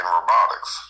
robotics